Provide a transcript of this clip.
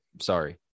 Sorry